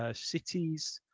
ah cities,